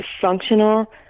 functional